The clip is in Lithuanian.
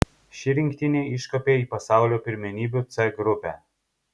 ši rinktinė iškopė į pasaulio pirmenybių c grupę